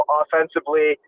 offensively